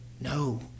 no